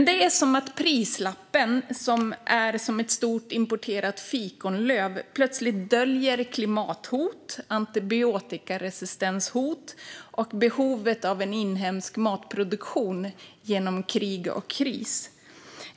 Det är som att prislappen, som är som ett stort importerat fikonlöv, plötsligt döljer klimathot, antibiotikaresistenshot och behovet av en inhemsk matproduktion genom krig och kris.